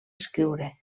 escriure